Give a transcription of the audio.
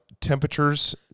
Temperatures